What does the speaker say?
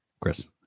Chris